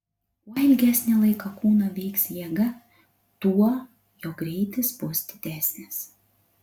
kuo ilgesnį laiką kūną veiks jėga tuo jo greitis bus didesnis